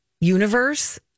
universe